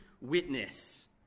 witness